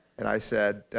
and i said,